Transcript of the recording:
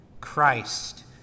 Christ